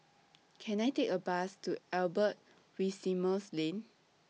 Can I Take A Bus to Albert Winsemius Lane